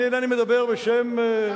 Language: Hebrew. אני אינני מדבר בשם,